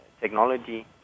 technology